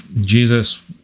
jesus